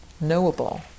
knowable